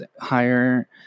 higher